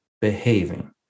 behaving